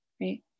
right